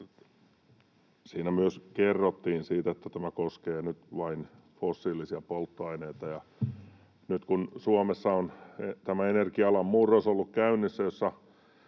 siinä myös kerrottiin siitä, että tämä koskee nyt vain fossiilisia polttoaineita. Nyt kun Suomessa on ollut käynnissä